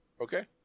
Okay